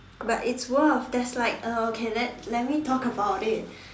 but it's worth there's like uh okay let let me talk about it